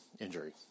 injury